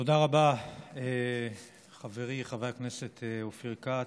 תודה רבה, חברי חבר הכנסת אופיר כץ.